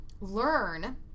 learn